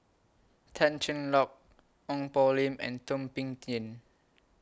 Tan Cheng Lock Ong Poh Lim and Thum Ping Tjin